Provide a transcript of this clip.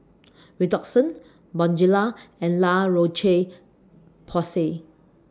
Redoxon Bonjela and La Roche Porsay